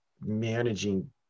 managing